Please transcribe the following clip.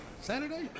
Saturday